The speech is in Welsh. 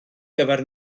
gyfer